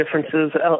differences